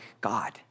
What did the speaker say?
God